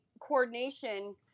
coordination